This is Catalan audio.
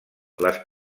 les